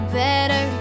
better